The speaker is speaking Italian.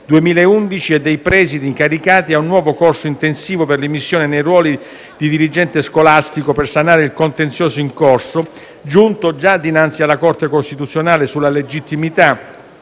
2011, e dei presidi incaricati al nuovo corso intensivo per l'immissione nei ruoli di dirigente scolastico, per sanare il contenzioso in corso, giunto già dinanzi alla Corte costituzionale, sulla legittimità